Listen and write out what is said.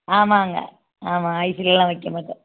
ஆமாங்க ஆமாம் ஐஸ்லெல்லாம் வைக்க மாட்டோம்